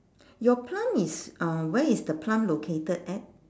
your plum is uh where is the plum located at